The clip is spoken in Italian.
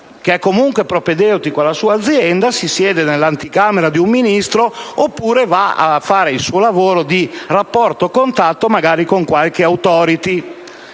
lavoro comunque propedeutico alla loro azienda, si siedono nell'anticamera di un Ministro, oppure vanno a fare il loro lavoro di rapporto o contatto, magari con qualche *authority*.